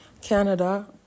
Canada